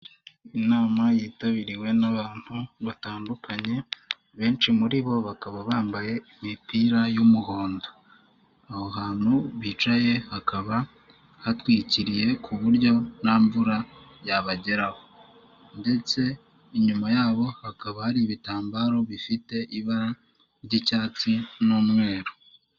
Inama yitabiriwe n'abantu batandukanye benshi muri bo bakaba bambaye imipira y'umuhondo. Aho hantu bicaye hakaba hatwikiriye ku buryo nta mvura yabageraho, ndetse inyuma yabo hakaba hari ibitambaro bifite ibara ry'icyatsi n'umweru.